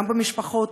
גם במשפחות,